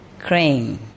crane